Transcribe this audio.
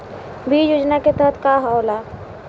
बीज योजना के तहत का का होला?